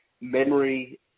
memory